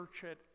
church